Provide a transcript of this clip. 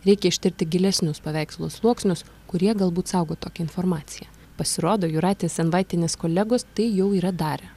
reikia ištirti gilesnius paveikslo sluoksnius kurie galbūt saugo tokią informaciją pasirodo jūratės senvaitienės kolegos tai jau yra darę